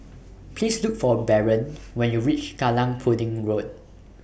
Please Look For Barron when YOU REACH Kallang Pudding Road